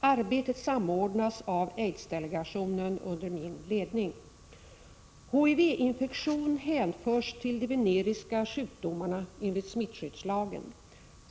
Arbetet samordnas av aidsdelegationen under min ledning. HIV-infektion hänförs till de veneriska sjukdomarna enligt smittskyddslagen.